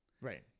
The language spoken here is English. Right